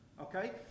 Okay